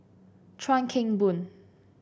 Chuan Keng Boon